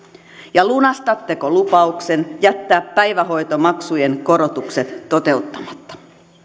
ja lunastatteko lupauksen jättää päivähoitomaksujen korotukset toteuttamatta